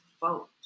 vote